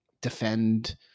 defend